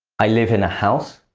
i live in a house,